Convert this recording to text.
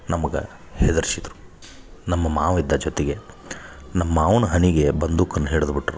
ನಮಗೆ ಹೆದ್ರಿಸಿದ್ದರು ನಮ್ಮ ಮಾವ ಇದ್ದ ಜೊತೆಗೆ ನಮ್ಮ ಮಾವನ ಹಣೆಗೆ ಬಂದೂಕನ್ನ ಹಿಡದ್ಬಿಟ್ಟರು